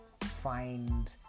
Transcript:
find